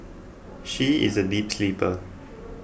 she is a deep sleeper